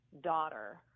daughter